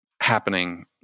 happening